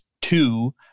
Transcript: two